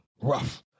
rough